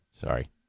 sorry